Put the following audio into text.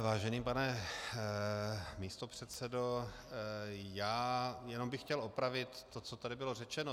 Vážený pane místopředsedo, jenom bych chtěl opravit to, co tady bylo řečeno.